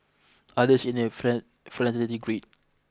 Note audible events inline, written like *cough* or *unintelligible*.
others in their friend *unintelligible* agreed